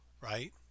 right